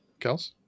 Kels